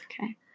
Okay